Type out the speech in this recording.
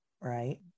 right